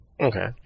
Okay